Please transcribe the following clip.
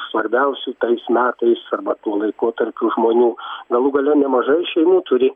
svarbiausių tais metais arba tuo laikotarpiu žmonių galų gale nemažai šeimų turi